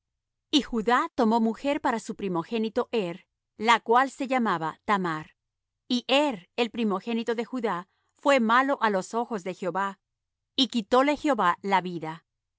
y judá tomó mujer para su primogénito er la cual se llamaba thamar y er el primogénito de judá fué malo á los ojos de jehová y quitóle jehová la vida